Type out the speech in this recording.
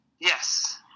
Yes